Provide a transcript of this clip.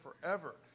forever